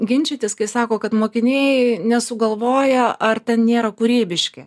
ginčytis kai sako kad mokiniai nesugalvojo ar ten nėra kūrybiški